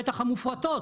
בטח המופרטות,